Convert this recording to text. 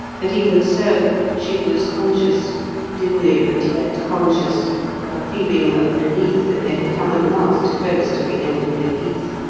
but even so, she was conscious dimly but yet conscious of a feeling of relief that they had come at last close to the end of the heath,